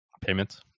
Payments